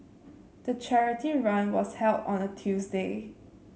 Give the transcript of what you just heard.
the charity run was held on a Tuesday